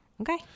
okay